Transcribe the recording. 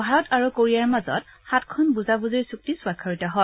ভাৰত আৰু কোৰিয়াৰ মাজত সাতখন বুজাবুজিৰ চুক্তি স্বাক্ষৰিত হয়